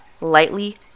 lightly